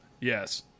Yes